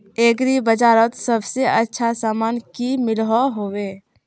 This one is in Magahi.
एग्री बजारोत सबसे अच्छा सामान की मिलोहो होबे?